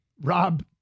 Rob